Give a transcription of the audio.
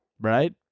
right